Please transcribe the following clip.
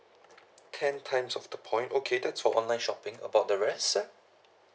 ten times of the point okay that's for online shopping about the rest eh